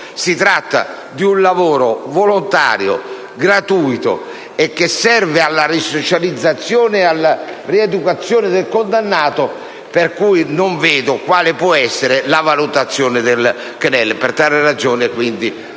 Si tratta però di un lavoro volontario, gratuito, che serve alla risocializzazione e alla rieducazione del condannato, per cui non capisco quale possa essere la valutazione del CNEL. Per tali ragioni, quindi, anche